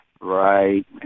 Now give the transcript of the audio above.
right